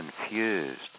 confused